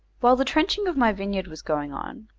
while the trenching of my vineyard was going on,